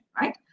right